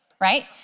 right